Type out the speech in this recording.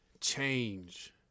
change